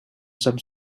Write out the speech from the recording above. some